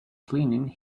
cleaning